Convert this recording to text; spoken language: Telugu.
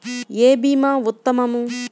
ఏ భీమా ఉత్తమము?